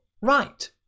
right